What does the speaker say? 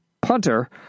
punter